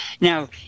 now